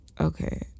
okay